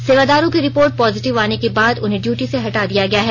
सेवादारों की report positive आने के बाद उन्हें ड्यूटी से हटा दिया गया है